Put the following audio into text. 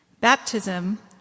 Baptism